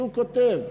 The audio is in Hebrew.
שכותב,